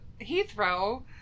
Heathrow